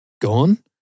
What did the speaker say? gone